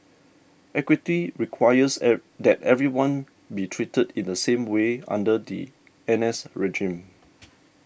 equity requires that everyone be treated in the same way under the N S regime